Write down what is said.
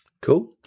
Cool